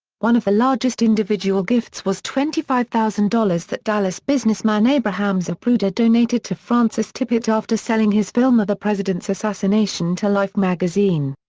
one of the largest individual gifts was twenty five thousand dollars that dallas businessman abraham zapruder donated to francis tippit after selling his film of the president's assassination to life magazine.